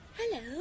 Hello